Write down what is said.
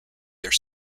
their